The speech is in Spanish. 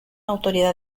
autoridad